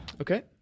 Okay